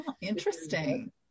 Interesting